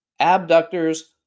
Abductors